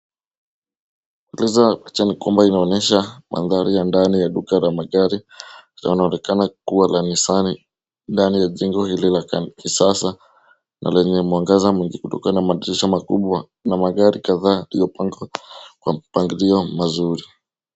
Kueleza picha ni kwamba inaonyesha mandhari ya ndani ya duka la magari linaloonekana kuwa la Nissan ndani ya jengo hili la kisasa na lenye mwangaza mwingi kutokana na madirisha makubwa na magari kadhaa yaliyopangwa kwa mpangilio mzuri.